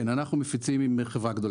כן, אנחנו מפיצים עם חברה גדולה.